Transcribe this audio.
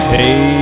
Hey